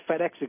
FedEx